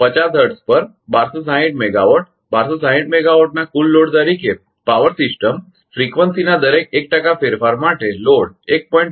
50 hertz પર 1260 megawatt 1260 મેગાવાટના કુલ લોડ તરીકે પાવર સિસ્ટમ આવર્તનફ્રીકવંસીના દરેક 1 ટકા ફેરફાર માટે લોડ 1